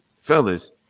fellas